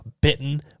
bitten